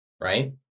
Right